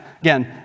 again